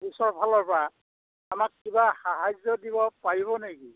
অফিচৰ ফালৰপৰা আমাক কিবা সাহাৰ্য দিব পাৰিব নেকি